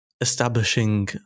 establishing